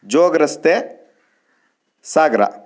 ಜೋಗ ರಸ್ತೆ ಸಾಗರ